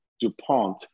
DuPont